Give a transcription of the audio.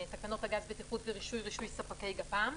תקנות הגז בטיחות ורישוי (רישוי ספקי גפ"מ),